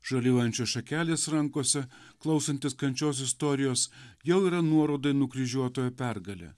žaliuojančios šakelės rankose klausantis kančios istorijos jau yra nuoroda į nukryžiuotojo pergalę